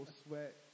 sweat